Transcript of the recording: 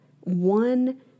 one